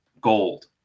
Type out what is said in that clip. gold